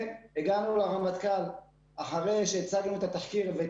הגענו לרמטכ"ל אחרי שהצגנו את התחקיר ואת